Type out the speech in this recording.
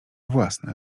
własne